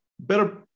better